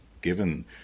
given